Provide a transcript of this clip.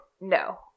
no